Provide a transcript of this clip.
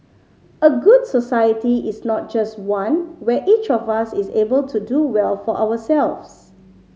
a good society is not just one where each of us is able to do well for ourselves